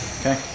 Okay